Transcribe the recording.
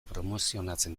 promozionatzen